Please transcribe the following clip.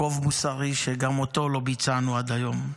חוב מוסרי שגם אותו לא ביצענו עד היום,